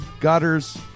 gutters